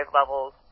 levels